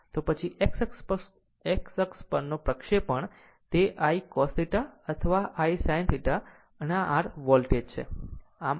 તો પછી આ x અક્ષ પરનો પ્રક્ષેપણ તે I cos θ અથવા I sin θ અને આ r વોલ્ટેજ V છે